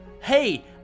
Hey